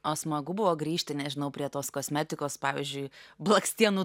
o smagu buvo grįžti nežinau prie tos kosmetikos pavyzdžiui blakstienų